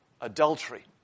adultery